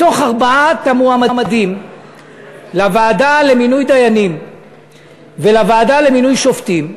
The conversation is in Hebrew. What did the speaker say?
מתוך ארבעת המועמדים לוועדה למינוי דיינים ולוועדה למינוי שופטים,